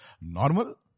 Normal